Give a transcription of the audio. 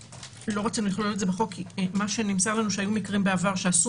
לא רצינו לכלול את זה בחוק כי נמסר לנו שהיו מקרים בעבר שעשו